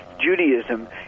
Judaism